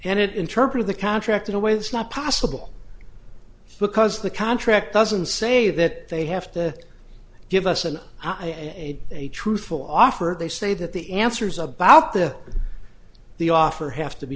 and it interpret the contract in a way that's not possible because the contract doesn't say that they have to give us an eye and a truthful offer they say that the answers about the the offer have to be